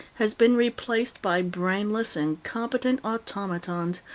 has been replaced by brainless, incompetent automatons,